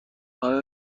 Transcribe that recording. آیا